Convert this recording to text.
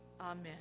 Amen